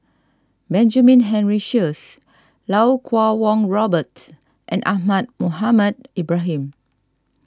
Benjamin Henry Sheares Lau Kuo Kwong Robert and Ahmad Mohamed Ibrahim